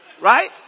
Right